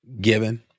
given